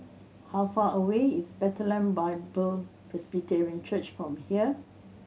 how far away is Bethlehem Bible Presbyterian Church from here